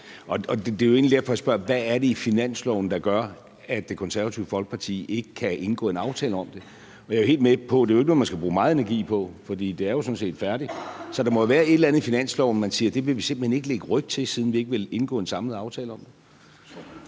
Det er jo egentlig derfor, jeg spørger: Hvad er det i finansloven, der gør, at Det Konservative Folkeparti ikke kan indgå en aftale om det? Jeg er helt med på, at det ikke er noget, man skal bruge meget energi på, for det er jo sådan set færdigt. Så der må jo være et eller andet i finansloven, som man siger at man simpelt hen ikke vil lægge ryg til, siden man ikke vil indgå en samlet aftale om den.